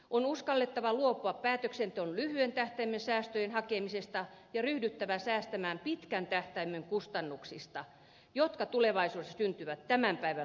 on uskallettava luopua päätöksenteon lyhyen tähtäimen säästöjen hakemisesta ja ryhdyttävä säästämään pitkän tähtäimen kustannuksista jotka tulevaisuudessa syntyvät tämän päivän laiminlyönneistä